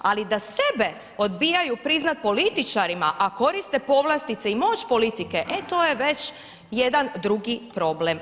Ali da sebe odbijaju priznati političarima, a koriste povlastice i moć politike, e to je već jedan drugi problem.